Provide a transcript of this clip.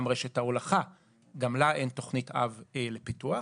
גם לרשת ההולכה אין תוכנית אב לפיתוח.